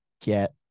get